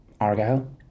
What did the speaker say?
Argyle